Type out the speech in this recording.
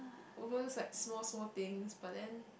over like small small thing but then